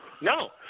No